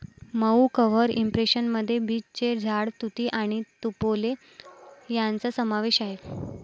मऊ cover impression मध्ये बीचचे झाड, तुती आणि तुपेलो यांचा समावेश आहे